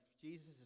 Jesus